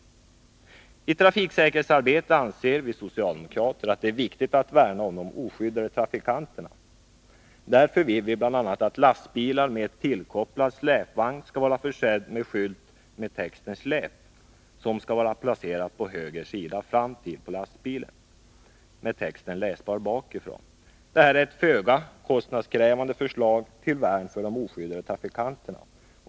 Vi socialdemokrater anser att det i trafiksäkerhetsarbetet är viktigt att värna om de oskyddade trafikanterna. Därför vill vi bl.a. att lastbilar med tillkopplad släpvagn skall vara försedda med en skylt med texten ”SLÄP”, vilken skall vara placerad på höger sida framtill på lastbilen, med texten läsbar bakifrån. Det är ett föga kostnadskrävande förslag till värn för de oskyddade trafikanterna.